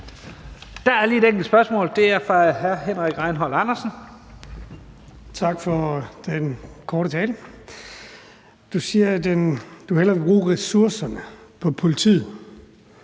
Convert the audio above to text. Henrik Rejnholt Andersen. Kl. 16:56 Henrik Rejnholt Andersen (M): Tak for den korte tale. Du siger, at du hellere vil bruge ressourcerne på politiet.